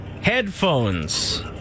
Headphones